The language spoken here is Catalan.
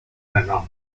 renom